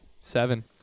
Seven